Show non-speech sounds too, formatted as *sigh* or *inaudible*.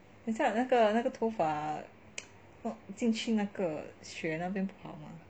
等一下那个那个头发 *noise* what 进去那个血那里跑嘛